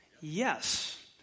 Yes